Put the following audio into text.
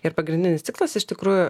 ir pagrindinis tikslas iš tikrųjų